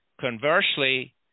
Conversely